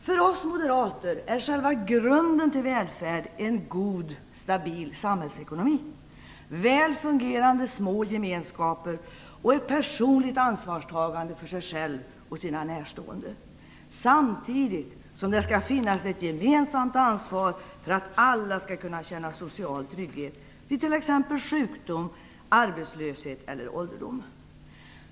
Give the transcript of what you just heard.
För oss moderater är själva grunden till välfärd en god stabil samhällsekonomi, väl fungerande små gemenskaper och ett personligt ansvarstagande för sig själv och sina närstående, samtidigt som det skall finnas ett gemensamt ansvar för att alla skall kunna känna social trygghet vid t.ex. sjukdom, arbetslöshet eller ålderdom.